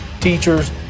teachers